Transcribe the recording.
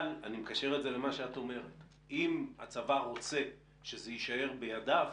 אבל - אני מקשר את זה למה שאת אומרת אם הצבא רוצה שזה יישאר בידיו,